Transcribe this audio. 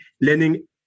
learning